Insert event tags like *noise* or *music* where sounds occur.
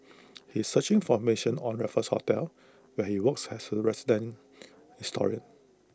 *noise* he is searching formation on Raffles hotel where he works as A resident *noise* historian